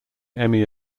emmy